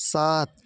सात